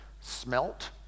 smelt